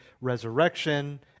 resurrection